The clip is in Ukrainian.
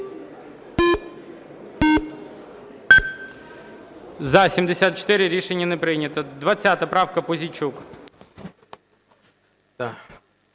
За-70 Рішення не прийнято. 10 правка, Пузійчук.